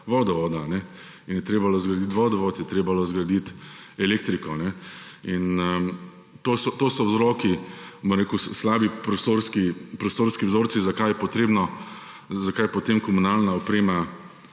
vodovoda in je treba zgraditi vodovod, je treba zgraditi elektriko. To so vzroki, bom rekel, slabi prostorski vzorci, zakaj je potem komunalna oprema